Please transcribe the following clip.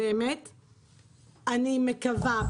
אני מקווה,